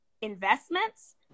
investments